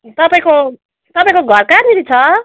तपाईँको तपाईँको घर कहाँनेरि छ